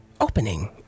opening